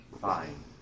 Fine